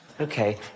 Okay